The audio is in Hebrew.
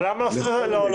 לא.